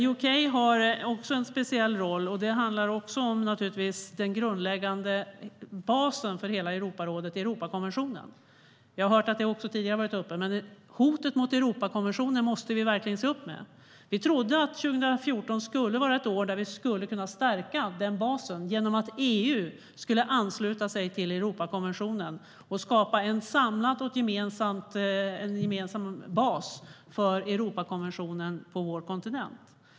UK har också en speciell roll, och det handlar om basen för Europarådet, Europakonventionen. Vi måste verkligen se upp med hotet mot Europakonventionen. Vi trodde att 2014 skulle bli ett år då basen stärktes genom att EU skulle ansluta sig till Europakonventionen för att skapa en samlad, gemensam bas för vår kontinent.